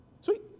sweet